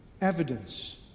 evidence